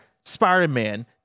Spider-Man